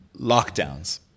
lockdowns